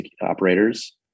operators